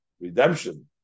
Redemption